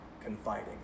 confiding